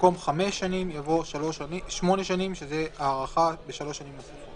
במקום 'חמש שנים' יבוא 'שמונה שנים'" שזו הארכה בשלוש שנים נוספות.